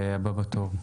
בבקשה, הבא בתור.